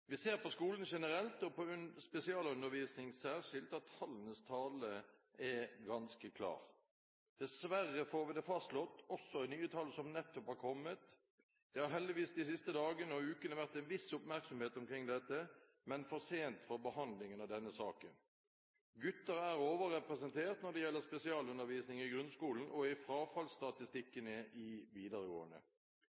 Ser vi på skolen generelt og på spesialundervisningen særskilt, er tallenes tale ganske klar. Dessverre får vi det fastslått også i nye tall som nettopp er kommet. Det har heldigvis de siste dagene og ukene vært en viss oppmerksomhet omkring dette, men for sent for behandlingen av denne saken. Gutter er overrepresentert når det gjelder spesialundervisning i grunnskolen og i